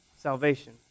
salvation